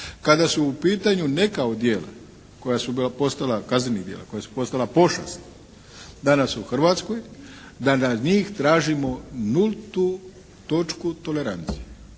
koja su bila postala, kaznenih djela koja su postala pošast danas u Hrvatskoj da na njih tražimo nultu točku toleranciju.